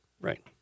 right